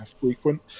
frequent